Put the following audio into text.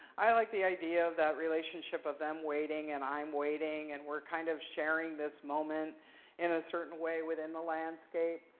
i like the idea of that relationship of them waiting, and i'm waiting, and we're kind of sharing this moment in a certain way within the landscape.